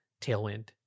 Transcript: tailwind